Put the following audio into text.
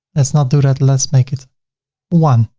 let's not do that, let's make it one